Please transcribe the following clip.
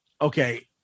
Okay